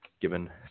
given